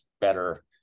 better